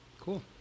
Cool